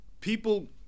people